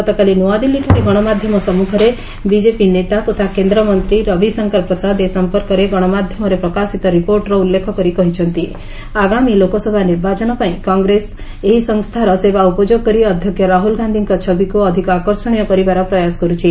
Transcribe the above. ଗତକାଲି ନ୍ତଆଦିଲ୍ଲୀଠାରେ ଗଣମାଧ୍ୟମ ସମ୍ମୁଖରେ ବିଜେପି ନେତା ତଥା କେନ୍ଦ୍ରମନ୍ତ୍ରୀ ରବିଶଙ୍କର ପ୍ରସାଦ ଏ ସମ୍ପର୍କରେ ଗଣମାଧ୍ୟମରେ ପ୍ରକାଶିତ ରିପୋର୍ଟ୍ର ଉଲ୍ଲ୍ଲେଖ କରି କହିଛନ୍ତି ଆଗାମୀ ଲୋକସଭା ନିର୍ବାଚନପାଇଁ କଂଗ୍ରେସ ଏହି ସଂସ୍ଥାର ସେବା ଉପଯୋଗ କରି ଅଧ୍ୟକ୍ଷ ରାହୁଲ୍ ଗାନ୍ଧିଙ୍କ ଛବିକୁ ଅଧିକ ଆକର୍ଷଣୀୟ କରିବାର ପ୍ରୟାସ କରୁଛି